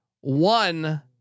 one